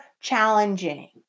challenging